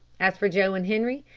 as for joe and henri,